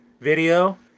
video